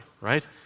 right